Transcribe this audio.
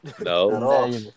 No